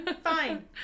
Fine